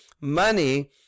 money